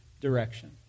direction